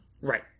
Right